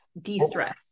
De-stress